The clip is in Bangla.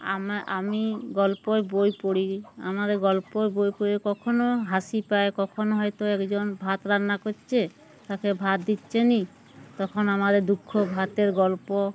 আম আমি গল্পই বই পড়ি আমাদের গল্প বই পড়ে কখনও হাসি পায় কখনো হয়তো একজন ভাত রান্না করছে তাকে ভাত দিচ্ছেনা তখন আমাদের দুঃখ ভাতের গল্প